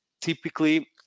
typically